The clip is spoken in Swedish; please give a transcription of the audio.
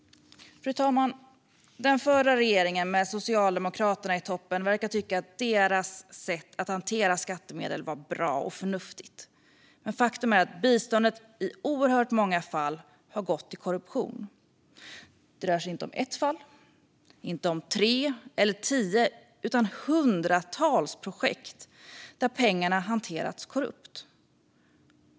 Fru talman! Den förra regeringen med Socialdemokraterna i toppen verkade tycka att deras sätt att hantera skattemedel var bra och förnuftigt, men faktum är att biståndet i oerhört många fall har gått till korruption. Det rör sig inte om ett fall, inte om tre eller tio, utan om hundratals projekt där pengarna hanterats korrupt.